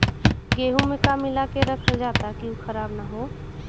गेहूँ में का मिलाके रखल जाता कि उ खराब न हो?